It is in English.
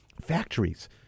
Factories